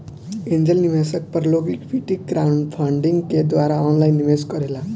angel निवेशक पर लोग इक्विटी क्राउडफण्डिंग के द्वारा ऑनलाइन निवेश करेला